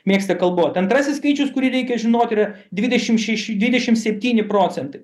mėgsta kalbot antrasis skaičius kurį reikia žinoti yra dvidešimt šeši dvidešimt septyni procentai